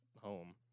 home